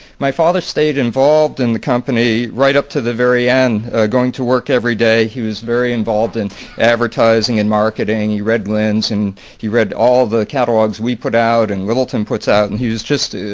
my father stayed involved in the company right up to the very end going to work every day. he was very involved in advertising and marketing. he read linn's and he read all the catalogs we put out and littleton puts out. and he was just,